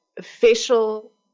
facial